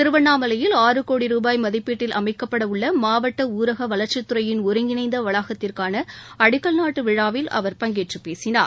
திருவண்ணாமலையில் ஆறு கோடி ரூபாய் மதிப்பில் அமைக்கப்பட உள்ள மாவட்ட ஊரக வளர்ச்சித் துறையின் ஒருங்கிணைந்த வளாகத்திற்கான அடிக்கல் நாட்டு விழாவில் அவர் பங்கேற்று பேசினார்